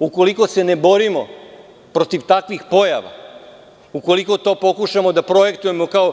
Ukoliko se ne borimo protiv takvih pojava, ukoliko to pokušamo da projektujemo kao